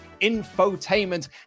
infotainment